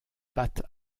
pattes